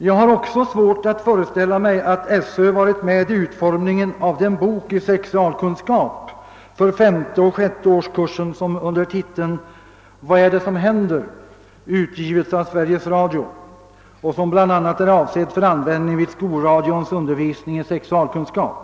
Jag har också svårt att föreställa mig att SÖ varit med om utformningen av den bok i sexualkunskap för femte och sjätte årskurserna som under titeln »Vad är det som händer?» utgivits av Sveriges Radio och som bl.a. är avsedd för användning vid skolradions undervisning i sexualkunskap.